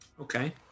Okay